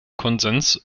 konsens